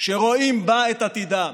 שרואים בה את עתידם.